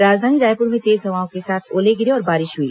राजधानी रायपुर में तेज हवाओं के साथ ओले गिरे और बारिश हुई